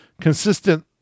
consistent